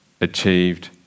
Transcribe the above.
achieved